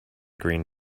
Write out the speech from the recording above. green